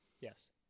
Yes